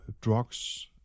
drugs